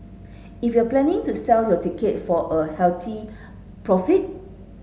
if you're planning to sell the ticket for a healthy profit